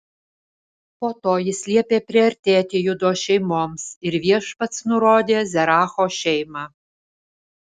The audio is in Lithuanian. po to jis liepė priartėti judo šeimoms ir viešpats nurodė zeracho šeimą